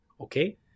okay